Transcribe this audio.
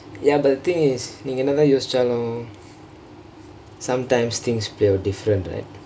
ya but the thingk is நீங்க என்னதா யோசித்தாலும்:neengka ennathaa yosithaalum sometimes thingks will be different right